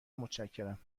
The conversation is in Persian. متشکرم